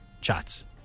chats